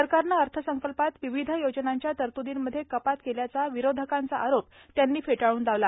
सरकारनं अर्थसंकल्पात विविध योजनांच्या तरतृदीमध्ये कपात केल्याचा विरोधकांचा आरोप अर्थमंत्र्यांनी फेटाळून लावला